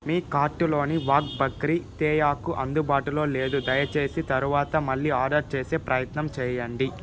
మీ కార్టులోని వాఘ్ బక్రీ తేయాకు అందుబాటులో లేదు దయచేసి తరువాత మళ్ళీ ఆర్డర్ చేసే ప్రయత్నం చేయండి